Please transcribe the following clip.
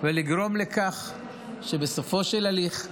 ולגרום לכך שבסופו של התהליך,